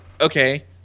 okay